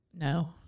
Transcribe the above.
No